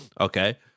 Okay